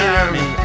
army